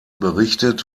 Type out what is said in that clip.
berichtet